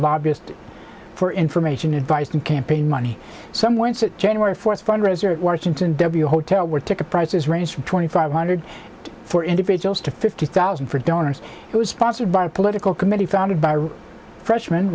lobbyist for information advice and campaign money somewhere in january for a fundraiser at washington hotel where ticket prices range from twenty five hundred for individuals to fifty thousand for donors who are sponsored by a political committee founded by freshman